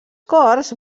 cors